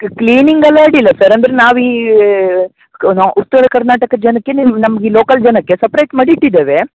ಕ್ಲೀನಿಂಗೆಲ್ಲ ಅಡ್ಡಿಲ್ಲ ಸರ್ ಅಂದರೆ ನಾವು ಈ ನಾವು ಉತ್ತರ ಕರ್ನಾಟಕ ಜನಕ್ಕೆ ನೀವು ನಮ್ಗೆ ಈ ಲೋಕಲ್ ಜನಕ್ಕೆ ಸಪ್ರೇಟ್ ಮಾಡಿ ಇಟ್ಟಿದ್ದೇವೆ